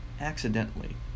accidentally